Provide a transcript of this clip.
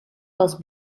pels